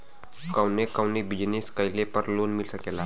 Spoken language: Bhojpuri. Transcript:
कवने कवने बिजनेस कइले पर लोन मिल सकेला?